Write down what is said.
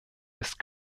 ist